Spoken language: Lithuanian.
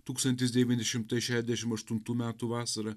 tūkstantis devyni šimtai šešiasdešim aštuntų metų vasarą